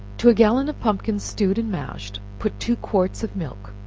to a gallon of pumpkin, stewed and mashed, put two quarts of milk,